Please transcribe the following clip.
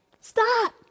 stop